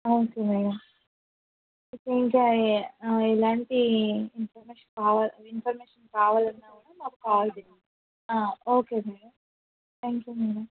okay madam మీకు ఇంకా ఎలాంటి ఇన్ఫర్మేషన్ కావాల ఇన్ఫర్మేషన్ కావాలన్న కూడా మాకు కాల్ చేయండి okay madam thank you madam